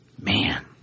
Man